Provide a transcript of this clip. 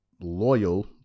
loyal